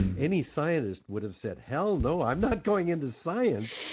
any scientist would've said hell no, i'm not going into science!